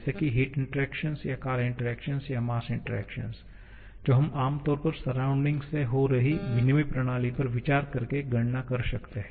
या कार्य इंटरेक्शन या मास इंटरेक्शन जो हम आम तौर पर सराउंडिंग से हो रही विनिमय प्रणाली पर विचार करके गणना कर सकते हैं